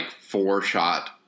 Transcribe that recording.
four-shot